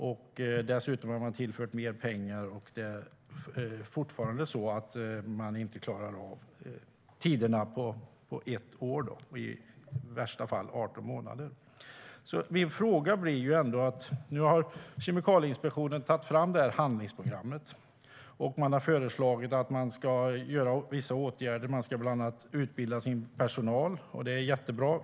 Man har tillfört mer pengar, men fortfarande klarar man inte av tiderna på ett år och i vissa fall på 18 månader. Nu har Kemikalieinspektionen tagit fram ett handlingsprogram och föreslagit att man ska vidta vissa åtgärder. Bland annat ska man utbilda sin personal, och det är jättebra.